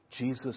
Jesus